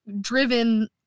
driven